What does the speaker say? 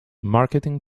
marketing